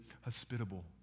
hospitable